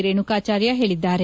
ರೇಣುಕಾಚಾರ್ಯ ಹೇಳಿದ್ದಾರೆ